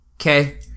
Okay